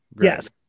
yes